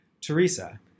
Teresa